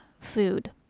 food